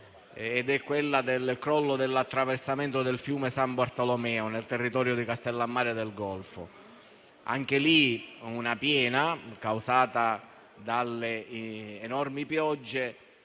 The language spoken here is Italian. poco: quella del crollo dell'attraversamento del fiume San Bartolomeo, nel territorio di Castellammare del Golfo. Anche lì una piena, causata dalle enormi piogge,